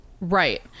Right